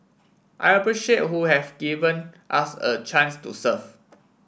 I appreciate who have given us a chance to serve